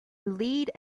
lead